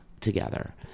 together